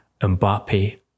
Mbappe